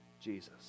Jesus